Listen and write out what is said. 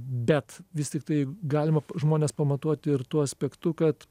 bet vis tiktai galima žmones pamatuoti ir tuo aspektu kad